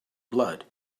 blood